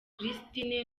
christine